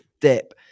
dip